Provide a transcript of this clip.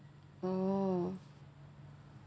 oh